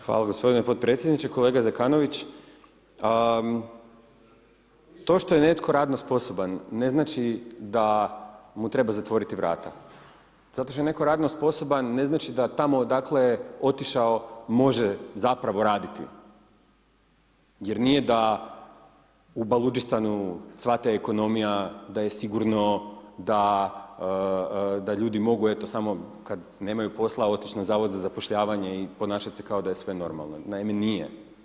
Hvala gospodine podpredsjedniče, kolega Zekanović to što je netko radno sposoban ne znači da mu treba zatvoriti vrata, zato što je netko radno sposoban ne znači da tamo odakle je otišao može zapravo raditi, jer nije da u Baludistanu cvate ekonomija, da je sigurno, da ljudi mogu eto samo kad nemaju posla otić na Zavod za zapošljavanje i ponašat se kao da je sve normalno, naime nije.